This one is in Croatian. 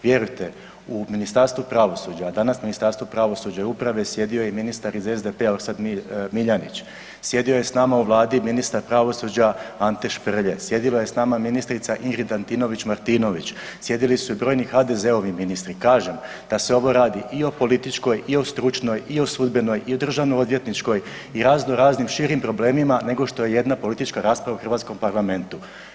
Vjerujte u Ministarstvu pravosuđa, a danas Ministarstvu pravosuđa i uprave sjedio je i ministar iz SDP-a Orsat Miljanić, sjedio je s nama u Vladi ministar pravosuđa Ante Šprlje, sjedila je s nama ministrica Ingrid Antinović Martinović, sjedili su i brojni HDZ-ovi ministri, kažem da se ovo radi i o političkoj i o stručnoj i o sudbenoj i o državno-odvjetničkoj i o raznoraznim širim problemima nego što je jedna politička rasprava u hrvatskom Parlamentu.